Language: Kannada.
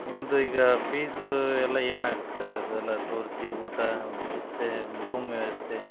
ನಿಮ್ಮದು ಈಗ ಫೀಝ್ ಎಲ್ಲ ಏನಾಗತ್ತೆ ಸ ಇದು ಎಲ್ಲ ತೋರಿಸಿ ಊಟ ಮತ್ತೆ ರೂಮ್ ವ್ಯವಸ್ಥೆ